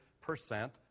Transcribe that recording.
percent